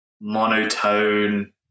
monotone